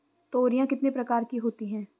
तोरियां कितने प्रकार की होती हैं?